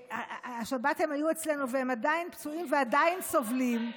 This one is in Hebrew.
השבת הם היו אצלנו והם עדיין פצועים ועדיין סובלים,